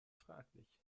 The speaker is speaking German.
fraglich